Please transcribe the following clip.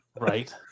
right